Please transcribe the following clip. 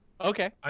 Okay